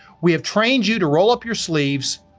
we have trained you to roll up your sleeves,